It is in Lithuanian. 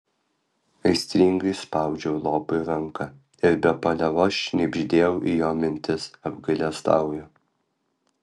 aistringai spaudžiau lopui ranką ir be paliovos šnibždėjau į jo mintis apgailestauju